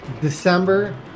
December